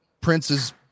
prince's